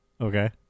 Okay